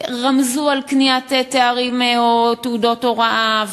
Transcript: רמזו על קניית תארים או תעודות הוראה,